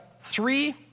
three